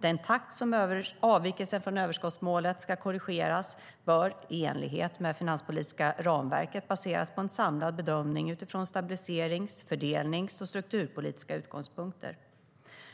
Den takt som avvikelsen från överskottsmålet ska korrigeras bör i enlighet med det finanspolitiska ramverket baseras på en samlad bedömning utifrån stabiliseringsutgångspunkter, fördelningsutgångspunkter och strukturpolitiska utgångspunkter.